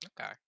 Okay